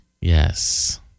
Yes